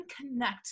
connect